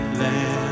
land